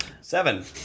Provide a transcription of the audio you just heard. Seven